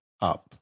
up